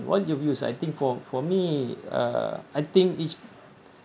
once you've used I think for for me uh I think each